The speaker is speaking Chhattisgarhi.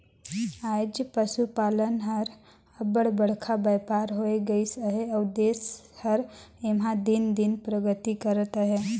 आएज पसुपालन हर अब्बड़ बड़खा बयपार होए गइस अहे अउ देस हर एम्हां दिन दिन परगति करत अहे